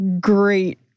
great